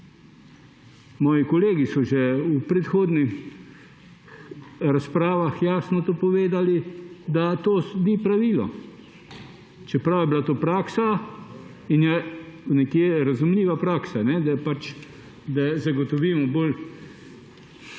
Moji kolegi so že v predhodnih razpravah to jasno povedali, da to sploh ni pravilo, čeprav je bila to praksa in je nekje razumljiva praksa, da zagotovimo bolj